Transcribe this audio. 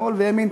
שמאל וימין,